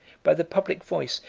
by the public voice,